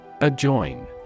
Adjoin